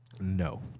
no